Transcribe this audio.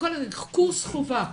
קורס חובה,